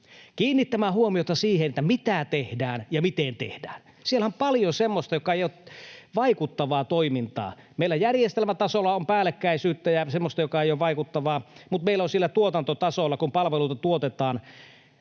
kiinnittämään huomiota siihen, mitä tehdään ja miten tehdään. Siellä on paljon semmoista, joka ei ole vaikuttavaa toimintaa. Meillä järjestelmätasolla on päällekkäisyyttä ja semmoista, joka ei ole vaikuttavaa siellä tuotantotasolla, kun palveluita tuotetaan.